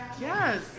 Yes